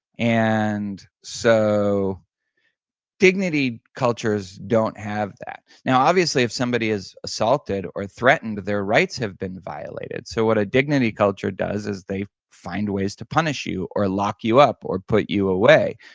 and so dignity cultures don't have that. now obviously if somebody is assaulted or threatened, their rights have been violated. so what a dignity culture does is they find ways to punish you, or lock you up, or put you away,